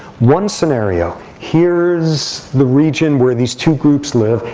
one scenario here's the region where these two groups live.